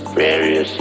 various